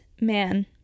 man